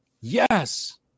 Yes